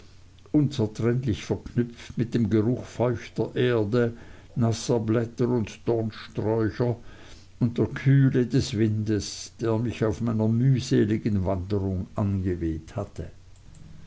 unzertrennlich verknüpft mit dem geruch feuchter erde nasser blätter und dornsträucher und der kühle des windes der mich auf meiner mühseligen wanderung angeweht hatte